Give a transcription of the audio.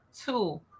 two